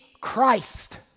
Christ